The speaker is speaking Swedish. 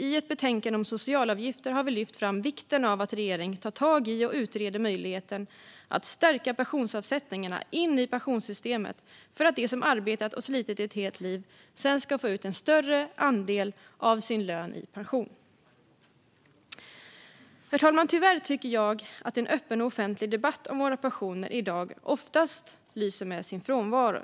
I ett betänkande om socialavgifter har vi lyft fram vikten av att regeringen tar tag i och utreder möjligheten att stärka pensionsavsättningarna in i pensionssystemet för att de som arbetat och slitit i ett helt liv sedan ska få ut en större andel av sin lön i pension. Herr talman! Tyvärr tycker jag att en öppen, offentlig debatt om våra pensioner i dag oftast lyser med sin frånvaro.